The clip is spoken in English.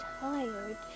tired